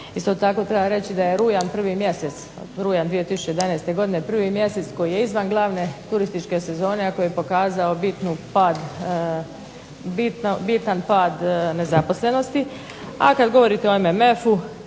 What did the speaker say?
Isto tako treba reći da je rujan prvi mjesec, rujan 2011 godine prvi mjesec koji je izvan glavne turističke sezone, a koji je pokazao bitan pad nezaposlenosti. A kad govorite o MMF-u